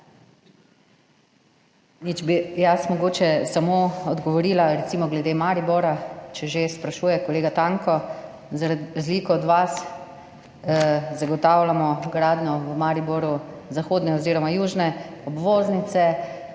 Jaz bi mogoče samo odgovorila recimo glede Maribora, če že sprašuje kolega Tanko. Za razliko od vas zagotavljamo v Mariboru gradnjo zahodne oziroma južne obvoznice,